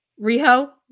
Riho